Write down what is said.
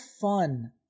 fun